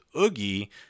oogie